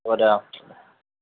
হ'ব দে অ